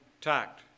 tact